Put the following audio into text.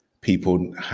people